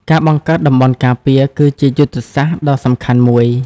ការបង្កើតតំបន់ការពារ គឺជាយុទ្ធសាស្ត្រដ៏សំខាន់មួយ។